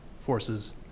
forces